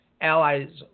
allies